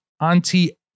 Auntie